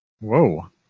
Whoa